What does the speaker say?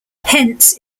hence